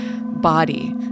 body